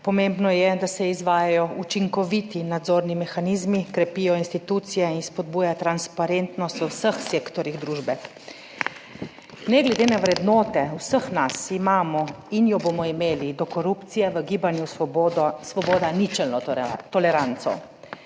Pomembno je, da se izvajajo učinkoviti nadzorni mehanizmi, krepijo institucije in spodbuja transparentnost v vseh sektorjih družbe. ne glede na vrednote vseh nas imamo in jo bomo imeli Do korupcije v gibanju Svoboda, svoboda, ničelno toleranco.